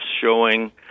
showing